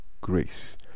grace